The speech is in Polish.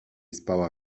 spała